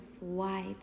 white